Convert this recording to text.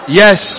yes